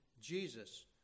Jesus